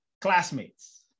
classmates